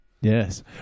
Yes